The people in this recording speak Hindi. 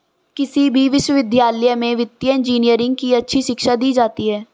किसी भी विश्वविद्यालय में वित्तीय इन्जीनियरिंग की अच्छी शिक्षा दी जाती है